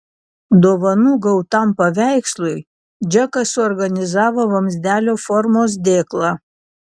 dovanų gautam paveikslui džekas suorganizavo vamzdelio formos dėklą